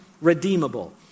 redeemable